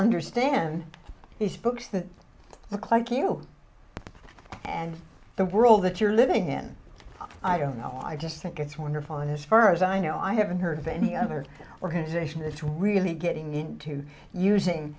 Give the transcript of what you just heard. understand these books that look like you and the world that you're living in i don't know i just think it's wonderful in his first i know i haven't heard of any other organization that's really getting into using